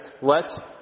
let